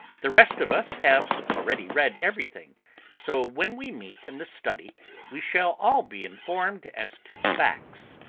the rest of us have already read everything so when we meet in the study we shall all be informed as to facts,